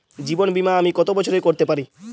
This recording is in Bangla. জীবন বীমা আমি কতো বছরের করতে পারি?